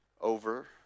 over